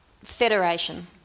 federation